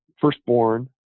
firstborn